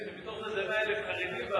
שמתוך איזה 100,000 חרדים ואפילו,